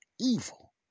evil